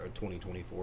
2024